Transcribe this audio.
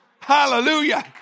Hallelujah